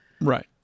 Right